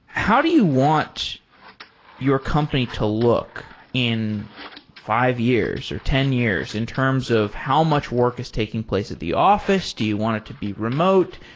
how do you want your company to look in five years or ten years, in terms of how much work is taking place at the office? do you want it to be remote?